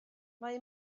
mae